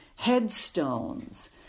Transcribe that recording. headstones